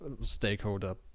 stakeholder